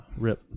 Rip